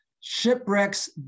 shipwrecks